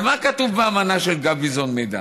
אבל מה כתוב באמנה של גביזון-מדן?